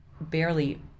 barely